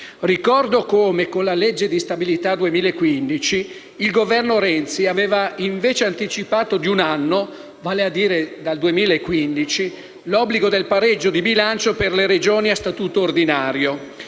Ricordo che, con la legge di stabilità 2015, il Governo Renzi aveva invece anticipato di un anno, vale a dire al 2015, l'obbligo del pareggio di bilancio per le Regioni a statuto ordinario,